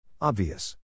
Obvious